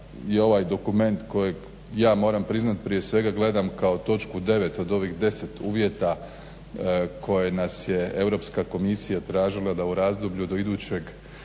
ovaj dokument kojeg ja moram priznat prije svega gledam kao točku 9 od ovih deset uvjeta koje nas je Europska komisija tražila da u razdoblju do idućeg